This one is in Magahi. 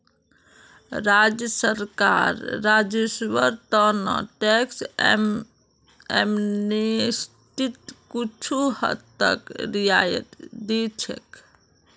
राज्य सरकार राजस्वेर त न टैक्स एमनेस्टीत कुछू हद तक रियायत दी छेक